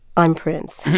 i'm prince